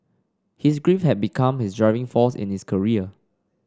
his grief had become his driving force in his career